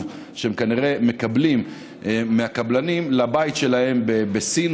שהם כנראה מקבלים מהקבלנים לבית שלהם בסין,